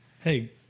Hey